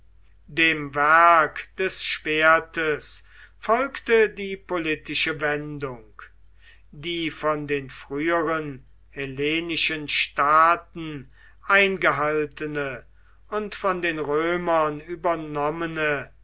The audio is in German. dem werk des schwertes folgte die politische wendung die von den früheren hellenischen staaten eingehaltene und von den römern übernommene